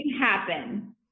happen